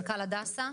מנכ"ל הדסה,